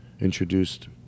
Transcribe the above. introduced